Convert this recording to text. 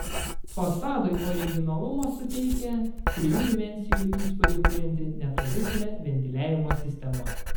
fasadui originalumo suteikia trijų dimensijų įspūdį kurianti netradicinė ventiliavimo sistema